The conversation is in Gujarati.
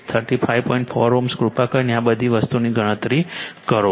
4 Ω કૃપા કરીને આ બધી વસ્તુઓની ગણતરી કરો